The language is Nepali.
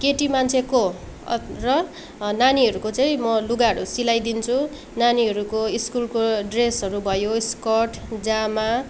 केटी मान्छेको र नानीहरूको चाहिँ म लुगाहरू सिलाइदिन्छु नानीहरूको स्कुलको ड्रेसहरू भयो स्कर्ट जामा